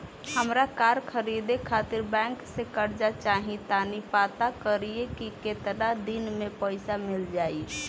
हामरा कार खरीदे खातिर बैंक से कर्जा चाही तनी पाता करिहे की केतना दिन में पईसा मिल जाइ